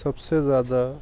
سب سے زیادہ